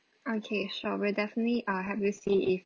okay sure we'll definitely uh help you see if